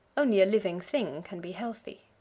only a living thing can be healthy.